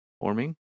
forming